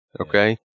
Okay